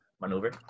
Maneuver